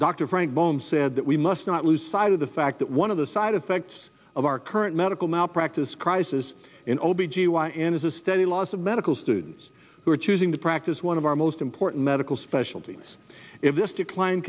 dr frank bone said that we must not lose sight of the fact that one of the side effects of our current medical malpractise crisis in o b g y n is a steady loss of medical students who are choosing to practice one of our most important medical specialties if this decline